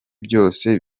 byose